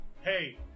Hey